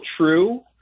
true